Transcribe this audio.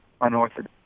unorthodox